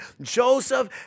Joseph